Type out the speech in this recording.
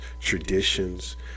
traditions